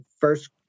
first